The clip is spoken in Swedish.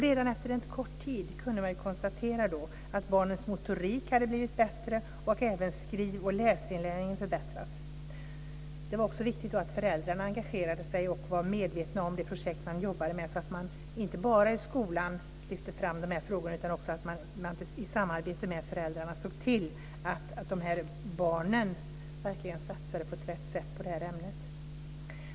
Redan efter en kort tid kunde man konstatera att barnens motorik hade blivit bättre och att även läsoch skrivinlärningen förbättrats. Det var också viktigt att föräldrarna engagerade sig och var medvetna om det projekt man jobbade med, så att man inte bara i skolan lyfte fram de här frågorna utan också i samarbete med föräldrarna såg till att barnen verkligen satsade på det här ämnet på rätt sätt.